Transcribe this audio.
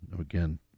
again